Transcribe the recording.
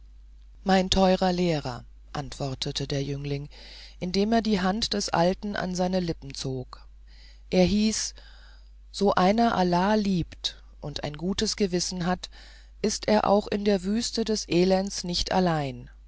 mein teurer lehrer antwortete der jüngling indem er die hand des alten an seine lippen zog er hieß so einer allah liebt und ein gut gewissen hat ist er auch in der wüste des elendes nicht allein